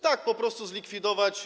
Tak po prostu zlikwidować.